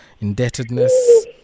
indebtedness